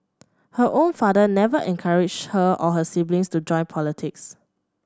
her own father never encouraged her or her siblings to join politics